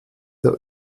der